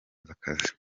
akazi